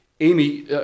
Amy